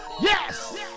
Yes